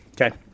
Okay